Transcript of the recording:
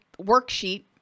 worksheet